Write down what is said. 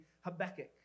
Habakkuk